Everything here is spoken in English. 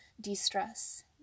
de-stress